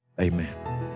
Amen